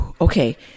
Okay